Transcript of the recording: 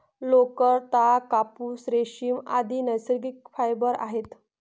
लोकर, ताग, कापूस, रेशीम, आदि नैसर्गिक फायबर आहेत